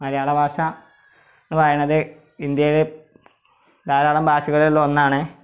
പിന്നെ മലയാള ഭാഷ എന്നു പറയുന്നത് ഇന്ത്യയിൽ ധാരാളം ഭാഷകളിൽ ഒന്നാണ്